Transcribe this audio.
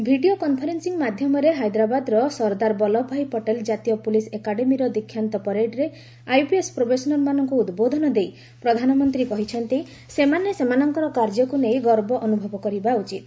video conferencing ମାଧ୍ୟମରେ ହାଇଦ୍ରାବାଦର Sardar Vallabhbhai Patel ଜାତୀୟ ପୁଲିସ୍ ଏକାଡେମୀର ଦୀକ୍ଷାନ୍ତ ପ୍ୟାରେଡ୍ରେ ଆଇପିଏସ୍ ପ୍ରୋବେସନର ମାନଙ୍କୁ ଉଦ୍ବୋଧନ ଦେଇ ପ୍ରଧାନମନ୍ତ୍ରୀ କହିଛନ୍ତି ସେମାନେ ସେମାନଙ୍କର କାର୍ଯ୍ୟକୁ ନେଇ ଗର୍ବ ଅନୁଭବ କରିବା ଉଚିତ୍